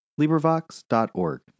LibriVox.org